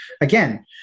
again